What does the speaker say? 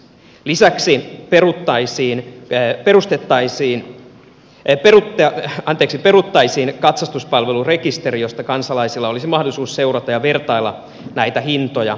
lisäksi perustettaisiin katsastuspalvelurekisteri josta kansalaisilla olisi mahdollisuus seurata ja vertailla näitä hintoja